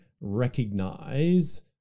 recognize